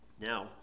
Now